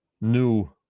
new